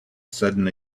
sudden